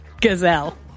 Gazelle